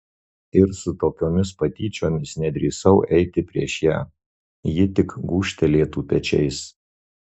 ir su tokiomis patyčiomis nedrįsau eiti prieš ją ji tik gūžtelėtų pečiais